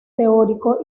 teórico